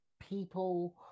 people